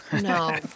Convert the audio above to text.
No